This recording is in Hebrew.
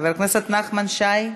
חבר הכנסת נחמן שי?